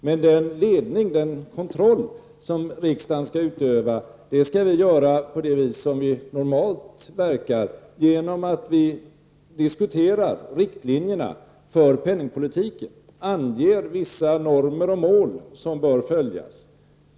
Men den kontroll som riksdagen skall utöva, skall vi utöva på det vis som vi normalt verkar på, nämligen genom att diskutera riktlinjerna för penningpolitiken samt ange vissa normer och mål som bör följas.